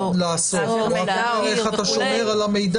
--- הוא רק אומר איך אתה שומר על המידע.